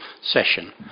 session